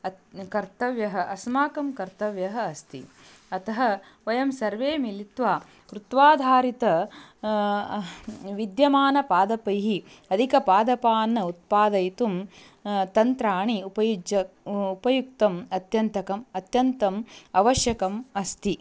अत् कर्तव्यः अस्माकं कर्तव्यः अस्ति अतः वयं सर्वे मिलित्वा कृत्वा धारितैः विद्यमानपादपैः अधिकपादपान्न उत्पादयितुं तन्त्राणि उपयुज्य उपयुक्तम् अत्यन्तम् अत्यन्तम् आवश्यकम् अस्ति